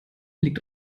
liegt